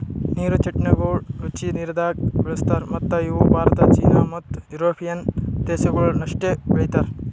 ನೀರು ಚೆಸ್ಟ್ನಟಗೊಳ್ ರುಚಿ ನೀರದಾಗ್ ಬೆಳುಸ್ತಾರ್ ಮತ್ತ ಇವು ಭಾರತ, ಚೀನಾ ಮತ್ತ್ ಯುರೋಪಿಯನ್ ದೇಶಗೊಳ್ದಾಗ್ ಅಷ್ಟೆ ಬೆಳೀತಾರ್